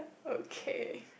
okay